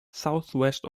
southwest